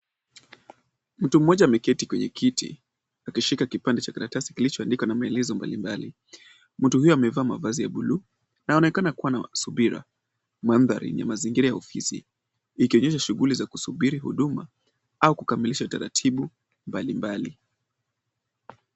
Mtu mmoja ameketi kwenye kiti akishika kipande cha karatasi kilichoandikwa na maelezo mbalimbali. Mtu huyo amevaa mavazi ya bluu, anaonekana kuwa na subira. Mandhari ni mazingira ya ofisi yakionyesha shughuli za kusubiri huduma au kukamilisha taratibu mbalimbali.